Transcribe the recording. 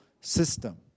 system